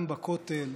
גם בכותל.